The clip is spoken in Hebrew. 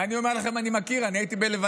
ואני אומר לכם, אני מכיר, אני הייתי בלוויות